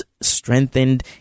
strengthened